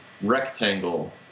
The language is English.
rectangle